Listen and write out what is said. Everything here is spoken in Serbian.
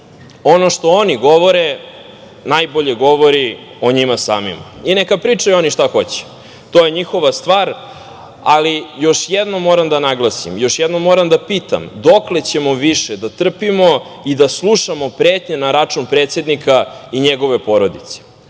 ono što oni govore najbolje govori o njima samima. Neka pričaju oni šta hoće, to je njihova stvar, ali još jednom moram da naglasim, još jednom moram da pitam, dokle ćemo više da trpimo i da slušamo pretnje na račun predsednika i njegove porodice?